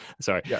sorry